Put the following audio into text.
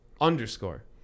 Underscore